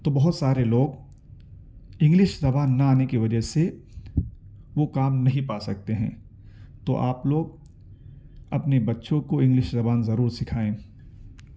تو بہت سارے لوگ انگلش زبان نہ آنے کی وجہ سے وہ کام نہیں پا سکتے ہیں تو آپ لوگ اپنے بچوں کو انگلش زبان ضرور سکھائیں